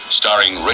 starring